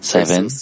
Seven